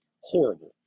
horrible